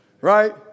right